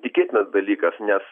tikėtinas dalykas nes